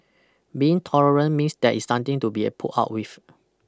being tolerant means there is something to be put up with